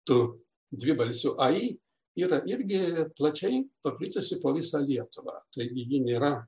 tu dvibalsiu ai yra irgi plačiai paplitusi po visą lietuvą taigi ji nėra